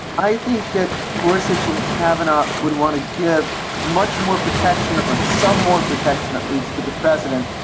i think that gore sitting cabinet would want to give much more protection or some more protection, at least to the president,